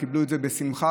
וקיבלו את זה בשמחה.